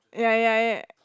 ya ya ya